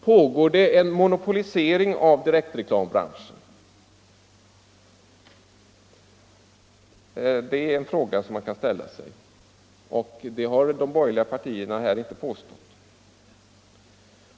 Pågår det en monopolisering av direktreklambranschen? Detta har de borgerliga partierna här inte påstått.